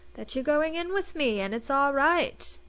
that you're going in with me, and it's all right.